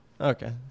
Okay